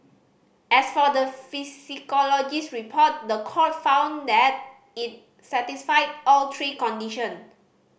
as for the psychologist report the court found that it satisfied all three condition